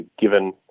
given